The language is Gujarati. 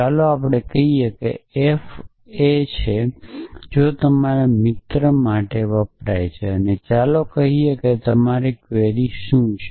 ચાલો કહીએ કે f એ છે જે તમારા મિત્ર માટે વપરાય છે અને ચાલો કહીએ કે તમારી ક્વેરી આ છે